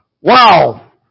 Wow